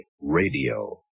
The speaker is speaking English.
radio